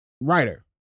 writer